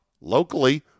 locally